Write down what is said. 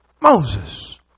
Moses